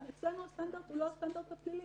עוד פעם, אצלנו הסטנדרט הוא לא הסטנדרט הפלילי.